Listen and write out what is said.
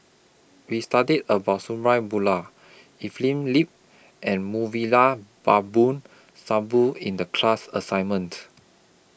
We studied about Sabri Buang Evelyn Lip and Mouvila Babu Sahib in The class assignments